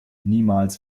niemals